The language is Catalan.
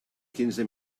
quinze